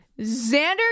Xander